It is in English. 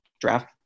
draft